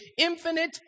infinite